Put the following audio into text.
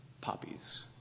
poppies